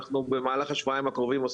אנחנו במהלך השבועיים הקרובים,